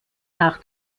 nach